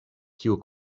kiu